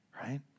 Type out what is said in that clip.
right